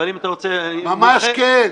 ממש כן.